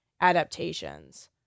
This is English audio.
adaptations